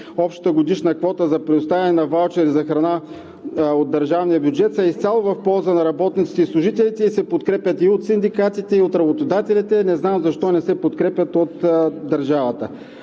общата годишна квота за предоставяне на ваучери за храна от държавния бюджет са изцяло в полза на работниците и служителите и се подкрепят и от синдикатите, и от работодателите, не знам защо не се подкрепят от държавата.